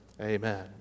amen